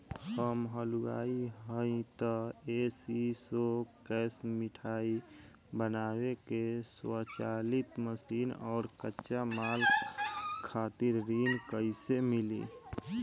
हम हलुवाई हईं त ए.सी शो कैशमिठाई बनावे के स्वचालित मशीन और कच्चा माल खातिर ऋण कइसे मिली?